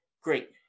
Great